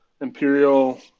Imperial